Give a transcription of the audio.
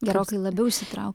gerokai labiau įsitrau